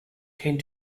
tend